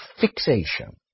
fixation